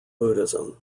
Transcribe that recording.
buddhism